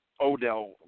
Odell